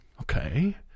Okay